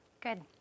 Good